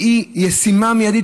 והוא ישים מיידית,